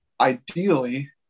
ideally